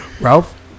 Ralph